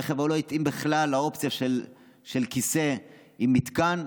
הרכב ההוא לא התאים בכלל לאופציה של כיסא עם מתקן.